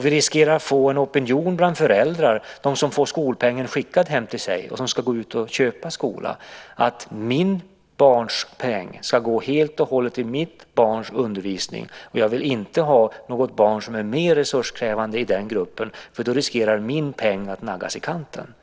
Vi riskerar också att få en opinion bland föräldrarna, de som får skolpengen skickad hem till sig och som ska gå ut och köpa skola, som går ut på att mitt barns peng ska gå helt och hållet till mitt barns undervisning, och jag vill inte ha något barn som är mer resurskrävande i den gruppen, för då riskerar min peng att naggas i kanten.